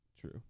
True